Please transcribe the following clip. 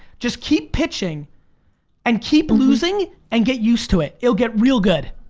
just keep pitching and keep losing and get used to it. it'll get real good.